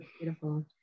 Beautiful